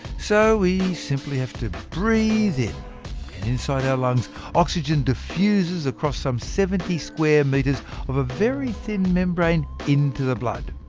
so we simply have to breathe in, and inside our lungs oxygen diffuses across some seventy square metres of a very thin membrane into the blood.